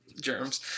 Germs